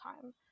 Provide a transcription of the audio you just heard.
time